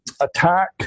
attack